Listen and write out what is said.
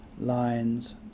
lines